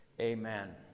Amen